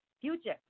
Future